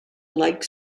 like